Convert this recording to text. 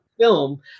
film